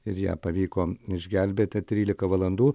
ir ją pavyko išgelbėti trylika valandų